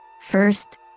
First